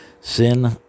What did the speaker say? sin